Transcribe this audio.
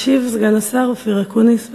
ישיב סגן השר אופיר אקוניס.